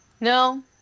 No